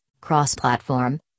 cross-platform